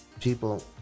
People